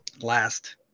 last